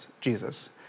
Jesus